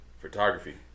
Photography